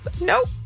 Nope